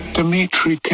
Dimitri